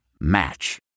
Match